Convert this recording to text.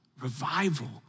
revival